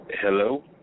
Hello